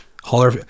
Holler